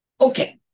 Okay